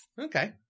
Okay